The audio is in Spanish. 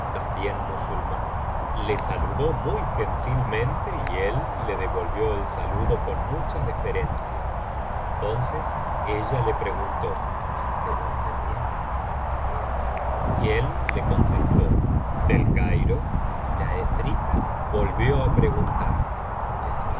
también musulmán le saludó muy gentilmente y él le devolvió el saludo con mucha deferencia entonces ella le preguntó de dónde vienes compañero y él le contestó del cairo y la efrita volvió á preguntar les va